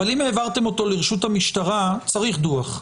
אבל אם העברתם אותו לרשות המשטרה, צריך דוח.